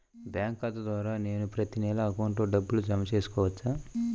Bank ఖాతా ద్వారా నేను ప్రతి నెల అకౌంట్లో డబ్బులు జమ చేసుకోవచ్చా?